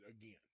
again